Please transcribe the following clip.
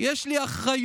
יש לי אחריות.